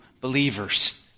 believers